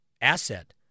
asset